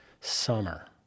summer